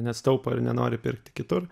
nes taupo ir nenori pirkti kitur